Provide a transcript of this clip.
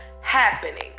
happening